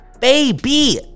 Baby